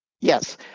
Yes